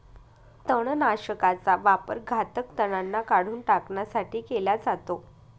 तणनाशकाचा वापर घातक तणांना काढून टाकण्यासाठी केला जातो